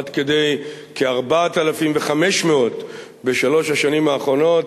עד כדי כ-4,500 בשלוש השנים האחרונות,